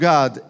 God